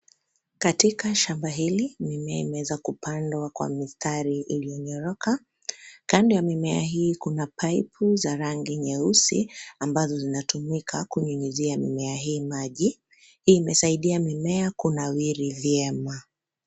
Katika shamba hili mimea imeweza kupandwa kwa mistari iliyonyooka, kando ya mimea hii kuna paipu za rangi nyeusi ambazo zinatumika kunyunyizia mimea hii maji, hii imesaidia mimea kunawiri vyema.